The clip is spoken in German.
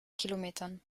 kilometern